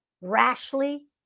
rashly